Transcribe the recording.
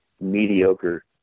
mediocre